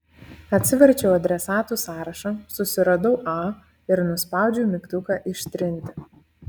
atsiverčiau adresatų sąrašą susiradau a ir nuspaudžiau mygtuką ištrinti